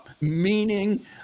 meaning